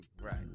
Right